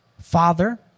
Father